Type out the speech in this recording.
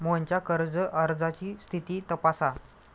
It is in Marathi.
मोहनच्या कर्ज अर्जाची स्थिती तपासा